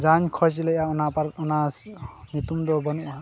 ᱡᱟᱦᱟᱸ ᱠᱷᱚᱡ ᱞᱮᱜᱼᱟ ᱚᱱᱟ ᱧᱩᱛᱩᱢ ᱫᱚ ᱵᱟᱹᱱᱩᱜᱼᱟ